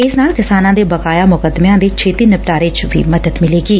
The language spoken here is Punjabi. ਇਸ ਨਾਲ ਕਿਸਾਨ ਦੇ ਬਕਾਇਆ ਮੁਕਦਮਿਆਂ ਦੇ ਛੇਤੀ ਨਿਪਟਾਰੇ ਚ ਮਦਦ ਮਿਲੇਗੀ